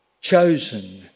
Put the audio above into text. chosen